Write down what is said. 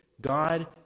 God